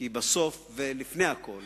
כי בסוף ולפני הכול